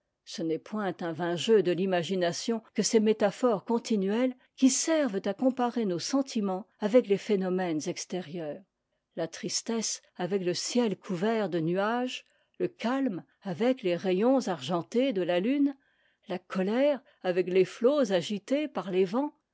ce n'est point un vain jeu de l'imagination que ces métaphores continuelles qui servent à comparer nos sentiments avec les phénomènes extérieurs la tristesse avec le ciel couvert de nuages le calme avec les rayons argentés de la lune la colère avec tes flots agités par les vents